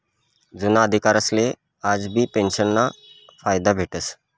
जुना अधिकारीसले आजबी पेंशनना फायदा भेटस